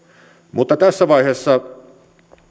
mutta tässä vaiheessa